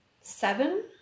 Seven